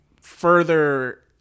further